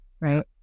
Right